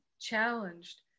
challenged